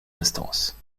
instance